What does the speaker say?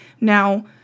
Now